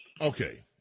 okay